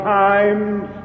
times